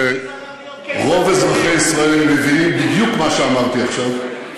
אני חושב שרוב אזרחי ישראל מבינים בדיוק מה שאמרתי עכשיו,